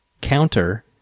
counter